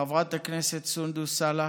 חברת הכנסת סונדוס סאלח,